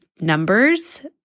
numbers